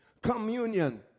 Communion